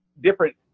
different